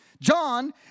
John